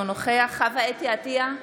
נוכח חוה אתי עטייה,